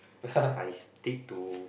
I stick to